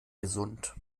gesund